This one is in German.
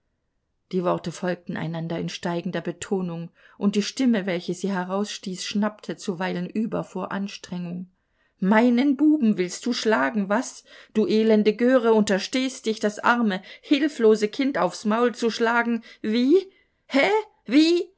die worte folgten einander in steigender betonung und die stimme welche sie herausstieß schnappte zuweilen über vor anstrengung meinen buben willst du schlagen was du elende göre unterstehst dich das arme hilflose kind aufs maul zu schlagen wie he wie